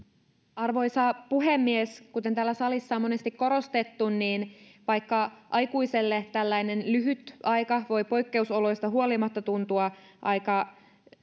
arvoisa puhemies kuten täällä salissa on monesti korostettu niin vaikka aikuiselle tällainen lyhyt aika voi poikkeusoloista huolimatta tuntua aika